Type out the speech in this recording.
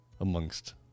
amongst